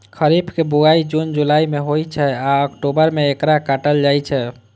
खरीफ के बुआई जुन जुलाई मे होइ छै आ अक्टूबर मे एकरा काटल जाइ छै